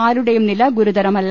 ആരുടേയും നില ഗുരുതരമല്ല